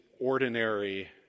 ordinary